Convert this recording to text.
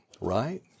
right